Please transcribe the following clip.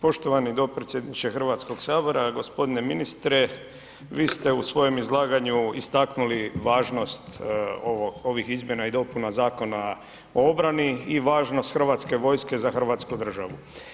Poštovani dopredsjedniče Hrvatskog sabora, gospodine ministre vi ste u svojem izlaganju istaknuli važnost ovih izmjena i dopuna Zakona o obrani i važnost Hrvatske vojske za Hrvatsku državu.